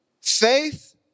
faith